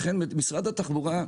לכן משרד התחבורה,